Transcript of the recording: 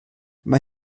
mae